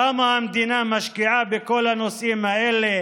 כמה המדינה משקיעה בכל הנושאים האלה